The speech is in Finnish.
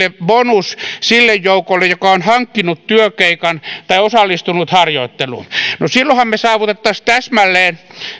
bonus sille joukolle joka on hankkinut työkeikan tai osallistunut harjoitteluun niin silloinhan me saavuttaisimme täsmälleen